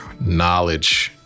knowledge